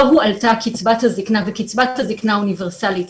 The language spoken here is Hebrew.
הועלתה קצבת הזקנה וקצבת הזקנה האוניברסלית,